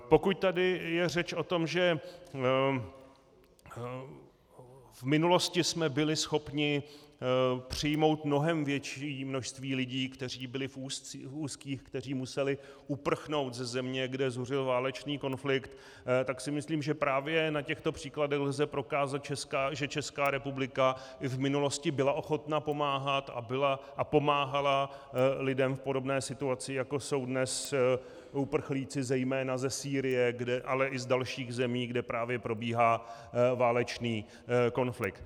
Pokud je tady řeč o tom, že v minulosti jsme byli schopni přijmout mnohem větší množství lidí, kteří byli v úzkých, kteří museli uprchnout ze země, kde zuřil válečný konflikt, tak si myslím, že právě na těchto příkladech lze prokázat, že Česká republika i v minulosti byla ochotna pomáhat a pomáhala lidem v podobné situaci, jako jsou dnes uprchlíci zejména ze Sýrie, ale i z dalších zemí, kde právě probíhá válečný konflikt.